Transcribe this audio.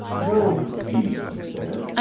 though indeed, he said,